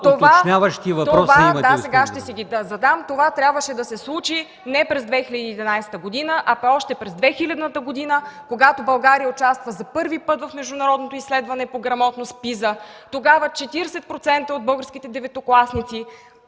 Това трябваше да се случи не през 2011 г., а още през 2000 г., когато България участва за първи път в международното изследване по грамотност PISA. Тогава 40% от българските деветокласници